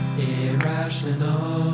irrational